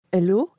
Hello